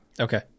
Okay